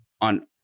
on